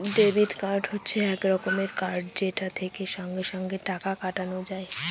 debit card হচ্ছে এক রকমের কার্ড যেটা থেকে সঙ্গে সঙ্গে টাকা কাটানো যায়